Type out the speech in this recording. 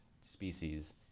species